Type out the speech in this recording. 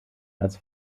als